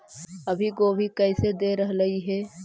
अभी गोभी कैसे दे रहलई हे?